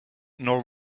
nor